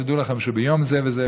דעו לכם שביום זה וזה,